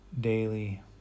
daily